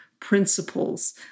principles